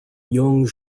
jung